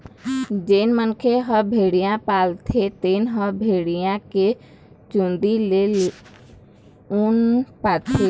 जेन मनखे ह भेड़िया पालथे तेन ह भेड़िया के चूंदी ले ऊन पाथे